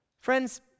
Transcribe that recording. friends